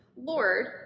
Lord